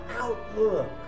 outlook